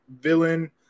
villain